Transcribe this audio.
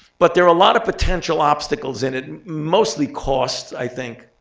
but there are a lot of potential obstacles in it, mostly cost, i think.